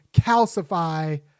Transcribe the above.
calcify